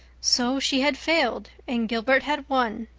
so she had failed and gilbert had won!